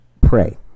pray